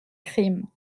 crime